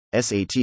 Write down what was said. SAT